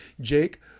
Jake